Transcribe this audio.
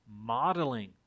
modeling